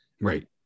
Right